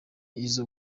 izo